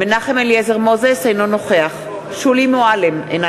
אינו נוכח שולי מועלם-רפאלי,